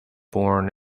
born